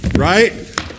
Right